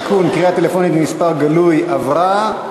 (תיקון, קריאה טלפונית ממספר גלוי) עברה.